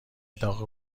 داغ